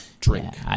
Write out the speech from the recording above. Drink